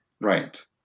Right